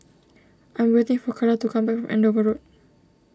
I'm waiting for Kala to come back from Andover Road